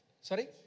Sorry